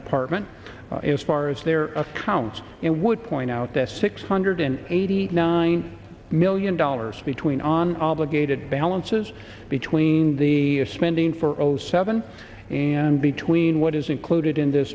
department as far as their accounts it would point out that six hundred eighty nine million dollars between on obligated balances between the spending for zero seven and between what is included in